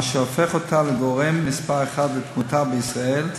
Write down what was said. מה שהופך אותה לגורם מספר אחת לתמותה בישראל,